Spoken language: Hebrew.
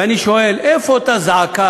ואני שואל, איפה אותה זעקה,